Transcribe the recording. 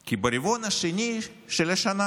כי ברבעון השני של השנה